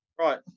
Right